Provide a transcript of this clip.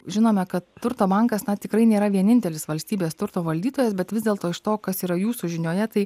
žinome kad turto bankas na tikrai nėra vienintelis valstybės turto valdytojas bet vis dėlto iš to kas yra jūsų žinioje tai